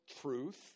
truth